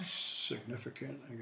significant